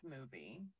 movie